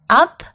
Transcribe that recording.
up